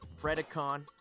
Predacon